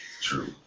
true